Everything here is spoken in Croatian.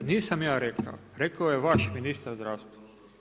Nisam ja rekao, rekao je vaš ministar zdravstva.